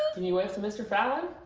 can you wave to mr. fallon?